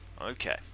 Okay